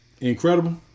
Incredible